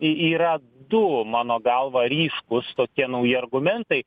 į yra du mano galva ryškūs tokie nauji argumentai